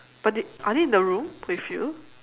but they are they in the room with you